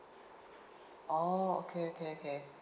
oh okay okay okay